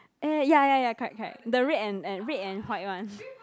eh ya ya ya correct correct the red and and red and white one